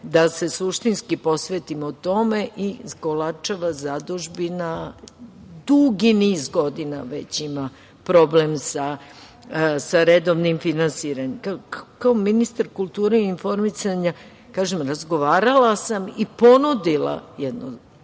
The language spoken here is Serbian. da se suštinski posvetimo tome i Kolarčeva zadužbina dugi niz godina već ima problem sa redovnim finansiranjem. Kao ministar kulture i informisanja, kažem, razgovarala sam i ponudila jedno važno,